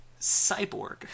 Cyborg